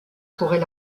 pourrait